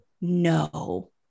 no